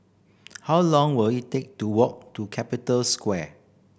how long will it take to walk to Capital Square